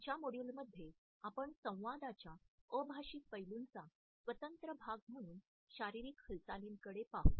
पुढच्या मॉड्यूलमध्ये आपण संवादाच्या अभाषिक पैलूंचा स्वतंत्र भाग म्हणून शारीरिक हालचालींकडे पाहू